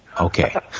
Okay